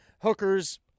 hookers